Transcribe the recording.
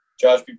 Josh